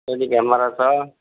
Sony camera छ